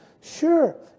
sure